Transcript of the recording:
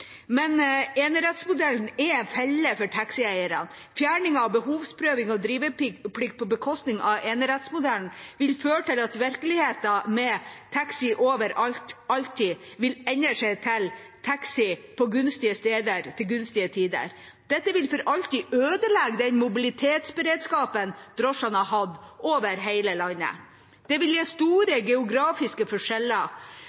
Men enerettsmodellen er en felle for taxieierne. Fjerning av behovsprøving og driveplikt på bekostning av enerettsmodellen vil føre til at virkeligheten med taxi over alt alltid vil endre seg til taxi på gunstige steder til gunstige tider. Dette vil for alltid ødelegge den mobilitetsberedskapen drosjene har hatt over hele landet, og vil gi